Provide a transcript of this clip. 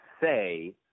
say